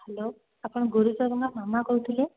hello ଆପଣ ଗୁରୁ ଚରଣ ମାମା କହୁଥିଲେ